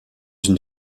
une